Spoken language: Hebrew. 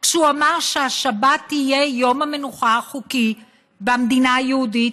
כשהוא אמר שהשבת תהיה יום המנוחה החוקי במדינה היהודית,